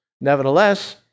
nevertheless